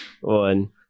One